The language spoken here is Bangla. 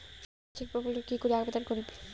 সামাজিক প্রকল্পত কি করি আবেদন করিম?